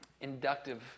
...inductive